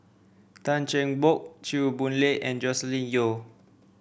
Tan Cheng Bock Chew Boon Lay and Joscelin Yeo